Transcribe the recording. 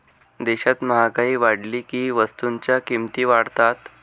देशात महागाई वाढली की वस्तूंच्या किमती वाढतात